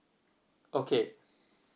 okay